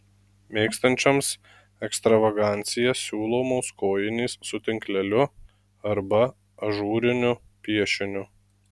mėgstančioms ekstravaganciją siūlomos kojinės su tinkleliu arba ažūriniu piešiniu